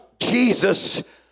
Jesus